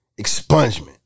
expungement